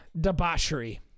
debauchery